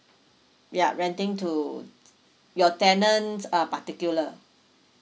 yup renting to your tenant uh particular